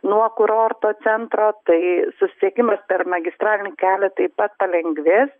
nuo kurorto centro tai susisiekimas per magistralinį kelią taip pat palengvės